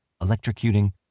electrocuting